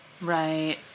Right